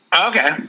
Okay